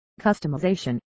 customization